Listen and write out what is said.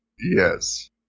Yes